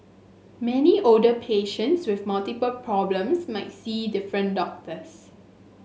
many older patients with multiple problems might see different doctors